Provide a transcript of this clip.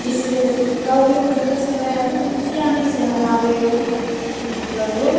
इसका उपयोग करते समय इसके आने से हमारे मतलब